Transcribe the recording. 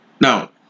now